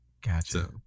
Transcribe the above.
Gotcha